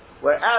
whereas